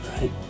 right